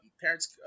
Parents